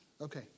okay